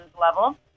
level